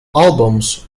albums